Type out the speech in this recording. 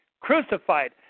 crucified